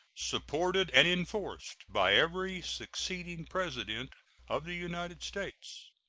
supported and enforced by every succeeding president of the united states.